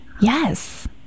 Yes